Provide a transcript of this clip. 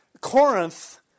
Corinth